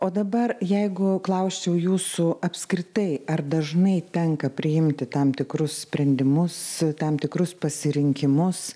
o dabar jeigu klausiu jūsų apskritai ar dažnai tenka priimti tam tikrus sprendimus tam tikrus pasirinkimus